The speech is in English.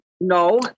No